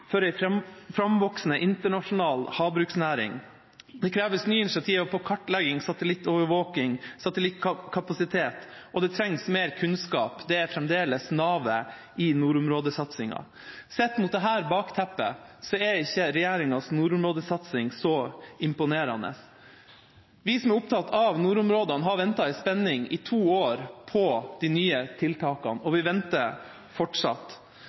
for en framvoksende internasjonal havbruksnæring. Det kreves nye initiativ innen kartlegging, satellittovervåking og satellittkapasitet. Og det trengs mer kunnskap. Det er fremdeles navet i nordområdesatsinga. Sett mot dette bakteppet er ikke regjeringas nordområdesatsing så imponerende. Vi som er opptatt av nordområdene, har ventet i spenning i to år på de nye tiltakene, og vi venter fortsatt.